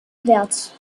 werts